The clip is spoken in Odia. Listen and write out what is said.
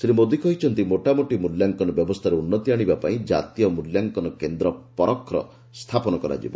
ଶ୍ରୀ ମୋଦି କହିଛନ୍ତି ମୋଟାମୋଟି ମିଲ୍ୟାଙ୍କନ ବ୍ୟବସ୍ଥାରେ ଉନ୍ନତି ଆଣିବାପାଇଁ ଜାତୀୟ ମୂଲ୍ୟାଙ୍କନ କେନ୍ଦ୍ର ପରଖର ସ୍ଥାପନ କରାଯିବ